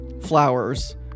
flowers